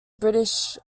british